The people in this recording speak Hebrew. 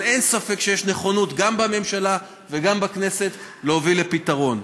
אבל אין ספק שיש נכונות גם בממשלה וגם בכנסת להוביל לפתרון: